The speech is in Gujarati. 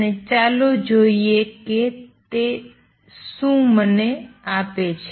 અને ચાલો જોઈએ કે તે મને શું આપે છે